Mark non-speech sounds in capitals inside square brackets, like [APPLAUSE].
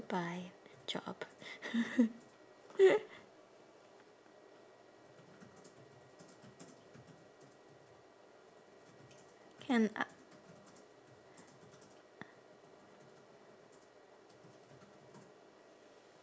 bye job [NOISE]